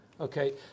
Okay